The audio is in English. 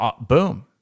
boom